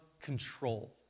control